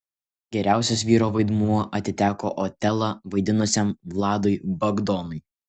geriausias vyro vaidmuo atiteko otelą vaidinusiam vladui bagdonui